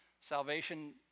Salvation